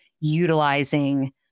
utilizing